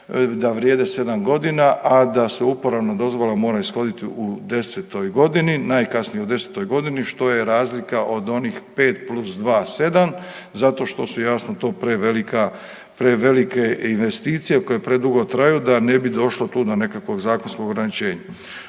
da vrijede 7 godina, a da se uporabna dozvola mora ishoditi u 10. godini, najkasnije u 10. g., što je razlika od onih 5+2, 7, zato što su jasno, to prevelike investicije koje predugo traju, da ne bi došlo tu do nekakvog zakonskog ograničenja.